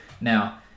Now